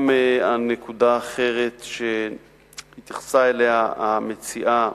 גם הנקודה האחרת שהתייחסה אליה המציעה,